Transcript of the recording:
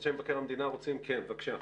אנשי מבקר המדינה, בבקשה.